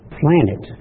planet